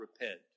repent